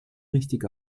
richtig